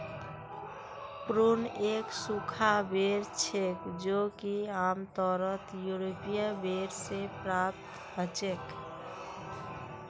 prune एक सूखा बेर छेक जो कि आमतौरत यूरोपीय बेर से प्राप्त हछेक